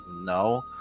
No